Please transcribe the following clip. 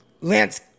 Lance